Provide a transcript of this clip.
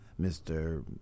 Mr